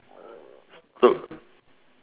so